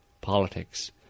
politics